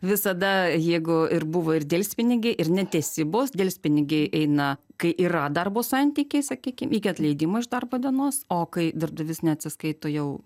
visada jeigu ir buvo ir delspinigiai ir netesybos delspinigiai eina kai yra darbo santykiai sakykim iki atleidimo iš darbo dienos o kai darbdavys neatsiskaito jau